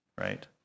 right